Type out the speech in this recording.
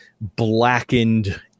blackened